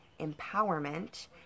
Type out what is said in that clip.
empowerment